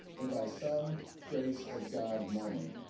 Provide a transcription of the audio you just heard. and by some grace of god moment,